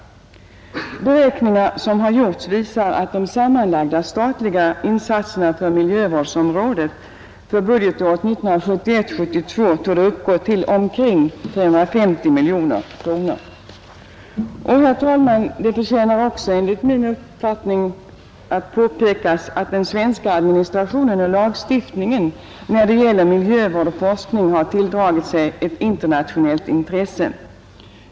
Beräkningar som har gjorts visar att de sammanlagda insatserna på miljövårdsområdet för budgetåret 1971/72 torde uppgå till omkring 350 miljoner kronor. Herr talman! Det förtjänar enligt min uppfattning också påpekas att den svenska administrationen och lagstiftningen när det gäller miljövård och forskning har tilldragit sig ett internationellt intresse.